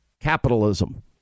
Capitalism